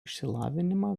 išsilavinimą